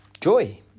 joy